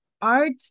art